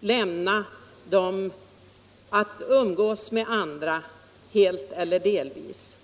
lämna dem att umgås med andra helt eller delvis.